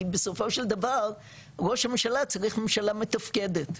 כי בסופו של דבר ראש הממשלה צריך ממשלה מתפקדת,